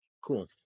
cool